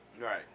Right